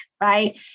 right